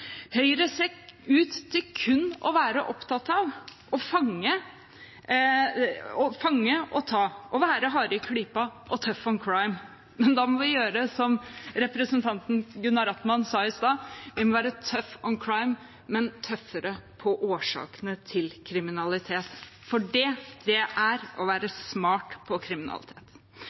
Høyre ser ut til kun å være opptatt av å fange og ta, å være hard i klypa og «tough on crime». Da må vi gjøre som representanten Gunaratnam sa i sted: Vi må være «tough on crime», men tøffere mot årsakene til kriminalitet. Det er å være smart på kriminalitet.